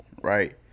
right